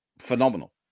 phenomenal